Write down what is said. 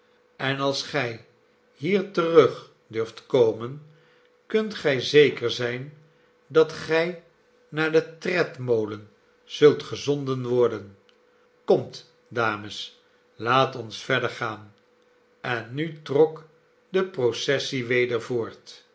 en als gij hier terug durft komen kunt gij zeker zljn dat gij naar den tredmolen zult gezonden worden komt dames laat ons verder gaan en nu trok de processie weder voort